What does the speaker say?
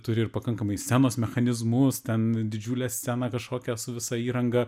turi ir pakankamai scenos mechanizmus ten didžiulę sceną kažkokią su visa įranga